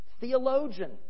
theologian